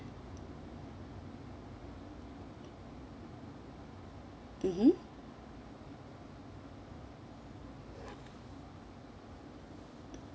mmhmm